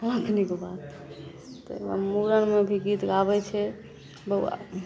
बहुत नीक बात ताहिके बाद मूड़नमे भी गीत गाबै छै बौआ